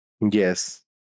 Yes